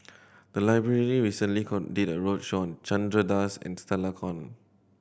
the library recently did a roadshow on Chandra Das and Stella Kon